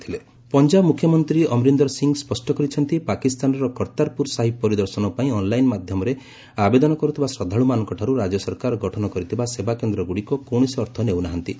ଅମରିନ୍ଦର ସିଂହ କର୍ତ୍ତାରପୁର ପଞ୍ଜାବ ମୁଖ୍ୟମନ୍ତ୍ରୀ ଅମରିନ୍ଦର ସିଂ ସ୍ୱଷ୍ଟ କରିଛନ୍ତି ପାକିସ୍ତାନର କର୍ତ୍ତାରପୁର ସାହିବ ପରିଦର୍ଶନ ପାଇଁ ଅନ୍ଲାଇନ୍ ମାଧ୍ୟମରେ ଆବେଦନ କର୍ଥିବା ଶ୍ରଦ୍ଧାଳୁମାନଙ୍କଠାରୁ ରାଜ୍ୟ ସରକାର ଗଠନ କରିଥିବା ସେବା କେନ୍ଦ୍ରଗୁଡ଼ିକ କୌଣସି ଅର୍ଥ ନେଉନାହାନ୍ତି